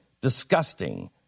disgusting